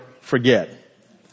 forget